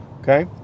okay